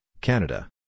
Canada